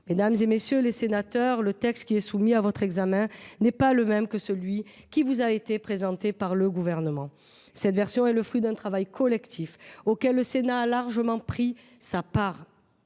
Mesdames, messieurs les sénateurs, le texte qui est soumis à votre examen n’est pas le même que celui qui vous a été présenté par le Gouvernement. Cette version est le fruit d’un travail collectif auquel le Sénat a largement pris part,